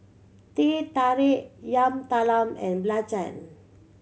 Teh Tarik Yam Talam and belacan